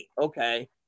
Okay